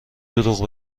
دروغ